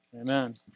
amen